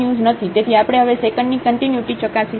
તેથી આપણે હવે સેકન્ડની કન્ટિન્યુટી ચકાસીશું